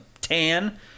tan